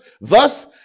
thus